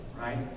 right